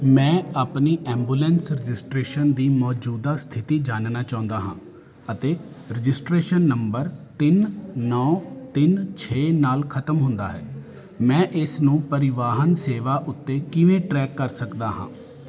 ਮੈਂ ਆਪਣੀ ambulance registration ਦੀ ਮੌਜੂਦਾ ਸਥਿਤੀ ਜਾਣਨਾ ਚਾਹੁੰਦਾ ਹਾਂ ਅਤੇ ਰਜਿਸਟ੍ਰੇਸ਼ਨ ਨੰਬਰ ਤਿੰਨ ਨੌ ਤਿੰਨ ਛੇ ਨਾਲ ਖਤਮ ਹੁੰਦਾ ਹੈ ਮੈਂ ਇਸ ਨੂੰ ਪਰਿਵਾਹਨ ਸੇਵਾ ਉੱਤੇ ਕਿਵੇਂ ਟਰੈਕ ਕਰ ਸਕਦਾ ਹਾਂ